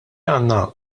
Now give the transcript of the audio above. għandna